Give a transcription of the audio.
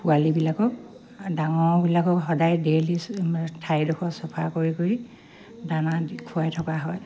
পোৱালিবিলাকক ডাঙৰবিলাকক সদায় ডেইলি ঠাইডোখৰ চফা কৰি কৰি দানা খুৱাই থকা হয়